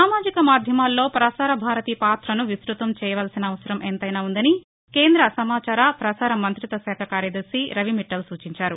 సామాజిక మాధ్యమాల్లో పసార భారతి పాతను విస్తుతం చేయవలసిన అవసరం ఎంతైనా ఉ ందని కేంద్ర సమాచార ప్రసార మంతిత్వ శాఖ కార్యదర్శి రవి మిట్లల్ సూచించారు